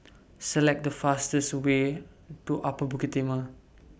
Select The fastest Way to Upper Bukit Timah